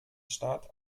staat